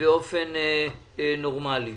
באופן נורמאלי.